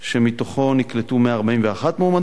שמתוכו נקלטו 141 מועמדות,